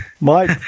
Mike